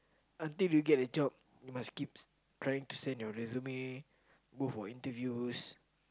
until you get a job you must keeps trying to send your resume go for interviews